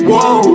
Whoa